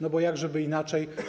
No bo jakżeby inaczej?